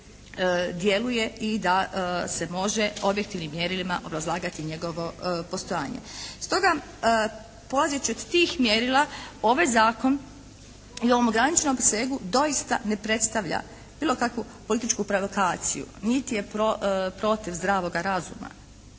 i da se može objektivnim mjerilima obrazlagati njegovo postojanje. Stoga polazeći od tih mjerila ovaj zakon i u ovom ograničenom opsegu doista ne predstavlja bilo kakvu političku provokaciju. Niti je protiv zdravoga razuma.